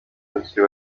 abakiri